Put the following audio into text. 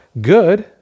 good